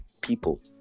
people